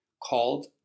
called